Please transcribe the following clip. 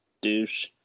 douche